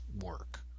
work